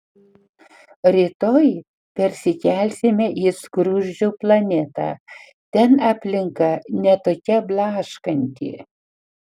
rytoj persikelsime į skruzdžių planetą ten aplinka ne tokia blaškanti